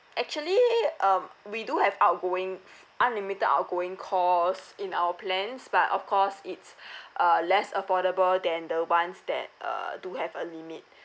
actually um we do have outgoing unlimited outgoing calls in our plans but of course it's a less affordable than the ones that err do have a limit